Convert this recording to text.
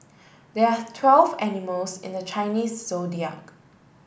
there are twelve animals in the Chinese Zodiac